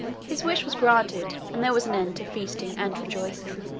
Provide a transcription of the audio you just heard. his wish was granted, and there was an end to feasting and rejoicing.